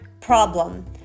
problem